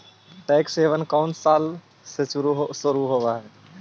Tax haven कउन साल में शुरू होलई हे?